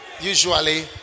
usually